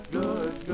good